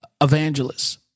Evangelists